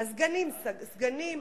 הסגנים סגנים,